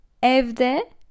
Evde